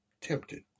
tempted